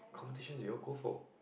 competition did y'all go for